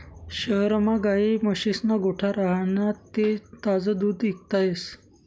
शहरमा गायी म्हशीस्ना गोठा राह्यना ते ताजं दूध इकता येस